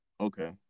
Okay